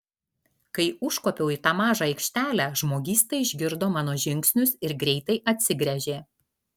kai užkopiau į tą mažą aikštelę žmogysta išgirdo mano žingsnius ir greitai atsigręžė